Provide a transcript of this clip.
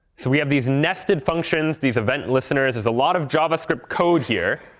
we have these nested functions, these event listeners. there's a lot of javascript code here.